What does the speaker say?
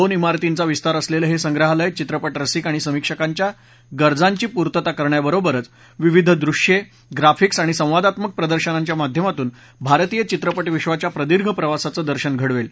दोन इमारतींचा विस्तार असलेलं हे संग्रहालय चित्रपट रसिक आणि समीक्षकांच्या गरजांची पुर्तता करण्याबरोबरच विविध दृश्ये ग्राफिक्स आणि संवादात्मक प्रदर्शनांच्या माध्यमातून भारतीय चित्रपटविश्वाच्या प्रदीर्घ प्रवासाचं दर्शन घडवेल